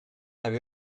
have